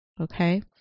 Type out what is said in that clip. okay